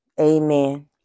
Amen